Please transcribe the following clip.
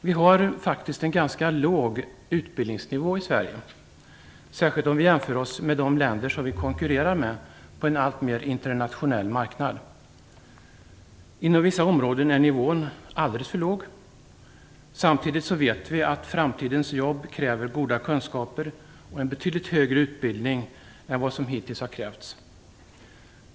Vi har faktiskt en ganska låg utbildningsnivå i Sverige, särskilt om vi jämför oss med de länder som vi konkurrerar med på en alltmer internationell marknad. Inom vissa områden är nivån alldeles för låg. Samtidigt vet vi att framtidens jobb kräver goda kunskaper och en betydligt högre utbildning än vad som hittills har krävts.